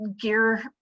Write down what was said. gear